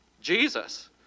Jesus